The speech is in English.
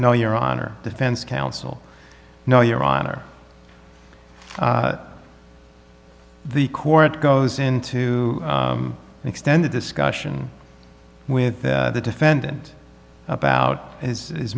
no your honor defense counsel no your honor the court goes into an extended discussion with the defendant about his